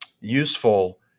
useful